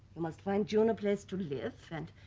you must find june place to live and